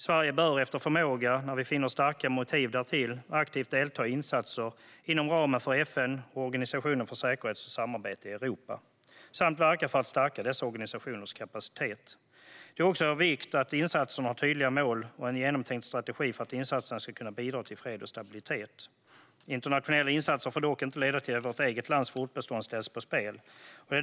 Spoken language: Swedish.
Sverige bör efter förmåga, när vi finner starka motiv därtill, aktivt delta i insatser inom ramen för FN och Organisationen för säkerhet och samarbete i Europa samt verka för att stärka dessa organisationers kapacitet. Det är också av vikt att insatserna har tydliga mål och en genomtänkt strategi för att insatsen ska kunna bidra till fred och stabilitet. Internationella insatser får dock inte leda till att vårt eget lands fortbestånd sätts på spel.